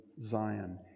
Zion